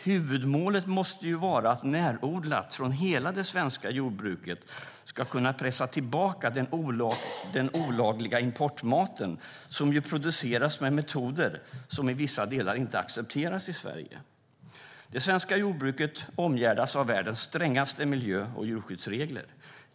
Huvudmålet måste vara att närodlat från hela det svenska jordbruket ska kunna pressa tillbaka den olagliga importmaten som produceras med metoder som i vissa delar inte accepteras i Sverige. Det svenska jordbruket omgärdas av världens strängaste miljö och djurskyddsregler.